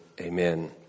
Amen